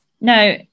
No